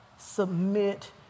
submit